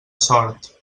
sort